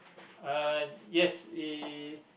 uh yes we